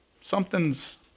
something's